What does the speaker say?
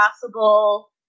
possible